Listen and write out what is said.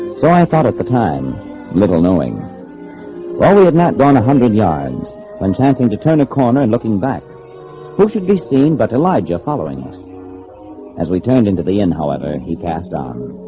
so i thought at the time little knowing while we had not gone a hundred yards when chanting to turn a corner and looking back who should be seen but elijah following us as we turned into the end. however, he passed on